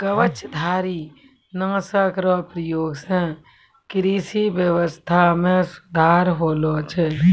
कवचधारी नाशक रो प्रयोग से कृषि व्यबस्था मे सुधार होलो छै